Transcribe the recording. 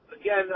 Again